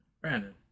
Brandon